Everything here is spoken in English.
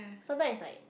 sometime is like